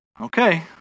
Okay